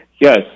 Yes